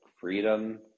freedom